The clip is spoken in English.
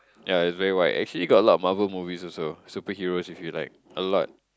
yea it's very wide actually got a lot of Marvel movies also superhero if you like a lot